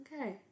okay